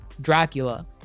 Dracula